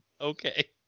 okay